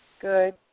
Good